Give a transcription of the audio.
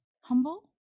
humble